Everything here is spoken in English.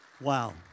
Wow